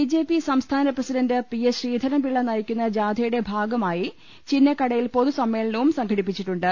B J P സംസ്ഥാന president P S Sreedharan Pillai നയിക്കുന്ന ജാഥയുടെ ഭാഗമായി ചിന്നക്കടയിൽ പൊതുസമ്മേളനവും സംഘടിപ്പിച്ചി ട്ടുണ്ട്